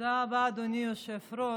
תודה רבה, אדוני היושב-ראש.